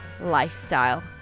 lifestyle